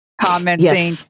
commenting